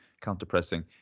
counter-pressing